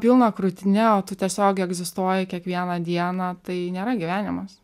pilna krūtine o tu tiesiog egzistuoji kiekvieną dieną tai nėra gyvenimas